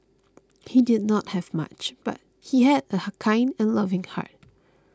he did not have much but he had a kind and loving heart